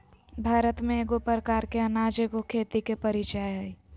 भारत में एगो प्रकार के अनाज एगो खेती के परीचय हइ